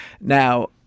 Now